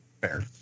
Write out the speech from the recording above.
Fair